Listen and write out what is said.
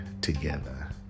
together